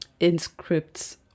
inscripts